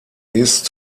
ist